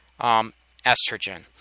estrogen